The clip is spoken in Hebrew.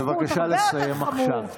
בבקשה לסיים עכשיו.